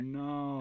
no